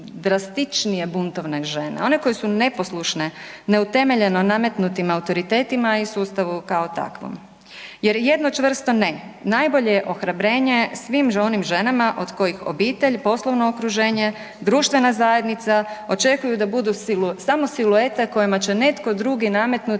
drastičnije buntovne žene, one koje su neposlušne neutemeljeno nametnutim autoritetima i sustavu kao takvom. Jer jedno čvrsto ne najbolje je ohrabrenje svim onim ženama od kojih obitelj, poslovno okruženje, društvena zajednica, očekuju da budu samo siluete kojima će netko drugi nametnuti